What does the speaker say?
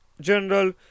General